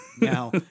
Now